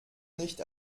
nicht